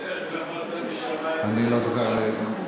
אני לא אחזור עליה.